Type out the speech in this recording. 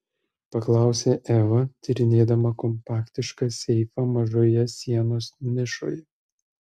paklausė eva tyrinėdama kompaktišką seifą mažoje sienos nišoje